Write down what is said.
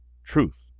truth!